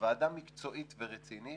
ועדה מקצועית ורצינית,